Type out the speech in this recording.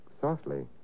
softly